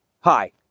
Hi